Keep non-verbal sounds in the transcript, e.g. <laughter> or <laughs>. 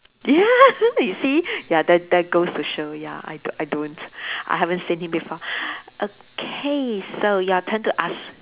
ya <laughs> you see ya there there goes to show ya I I don't I haven't seen him before <breath> okay so your turn to ask